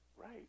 right